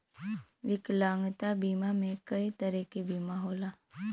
विकलांगता बीमा में कई तरे क बीमा होला